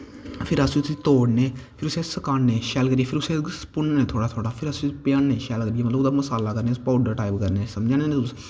फिर अस उस्सी तोड़ने फिर उस्सी अस सकाने शैल करियै फिर भुनन्ने थोह्ड़ा थोह्ड़ा फिर अस उस्सी प्याह्ने शैल करियै मतलब पौडर टाईप करने समझा ने नी तुस